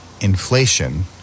inflation